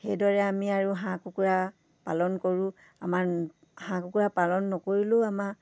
সেইদৰে আমি আৰু হাঁহ কুকুৰা পালন কৰোঁ আমাৰ হাঁহ কুকুৰা পালন নকৰিলেও আমাৰ